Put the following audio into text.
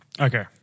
Okay